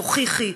תוכיחי.